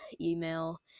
email